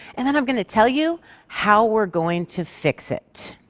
and then i'm going to tell you how we're going to fix it.